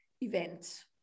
events